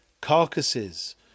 carcasses